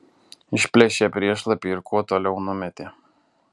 išplėšė priešlapį ir kuo toliau numetė